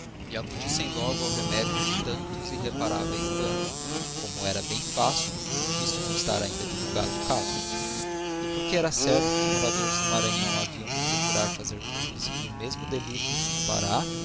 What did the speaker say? acudissem logo ao remédio de tantos e tão irreparáveis damnos como era bem fecil visto não estar ainda divulgado o caso e porque era certo que os moradores do maranhão haviam de procurar fazer cúmplices do mesmo delicto aos do pará